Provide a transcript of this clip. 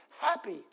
happy